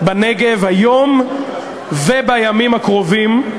היום ובימים הקרובים,